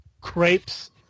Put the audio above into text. crepes